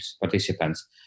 participants